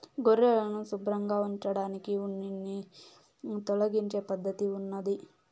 గొర్రెలను శుభ్రంగా ఉంచడానికి ఉన్నిని తొలగించే పద్ధతి ఉన్నాది